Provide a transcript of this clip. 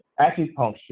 acupuncture